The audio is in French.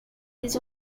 les